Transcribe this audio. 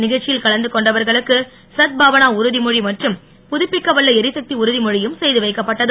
நிகழ்ச்சியில் கலந்து கொண்டவர்களுக்கு சத்பாவனா உறுதிமொழி மற்றும் புதுப்பிக்கவல்ல எரிசக்தி உறுதிமொழியும் செய்து வைக்கப்பட்டது